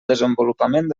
desenvolupament